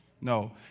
No